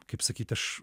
kaip sakyt aš